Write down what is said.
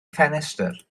ffenestr